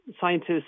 scientists